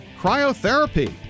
cryotherapy